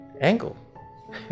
angle